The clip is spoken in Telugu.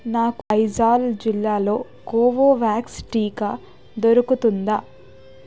నాకు అయిజాల్ జిల్లాలో కోవోవ్యాక్స్ టీకా దొరుకుతుందా